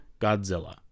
Godzilla